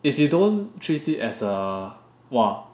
if you don't treat it as a !wah!